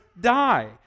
die